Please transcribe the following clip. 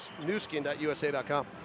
newskin.usa.com